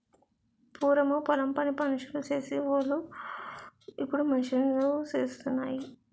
పూరము పొలం పని మనుసులు సేసి వోలు ఇప్పుడు మిషన్ లూసేత్తన్నాయి